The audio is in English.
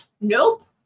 Nope